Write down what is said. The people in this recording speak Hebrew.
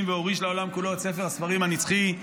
והוריש לעולם כולו את ספר הספרים הנצחי".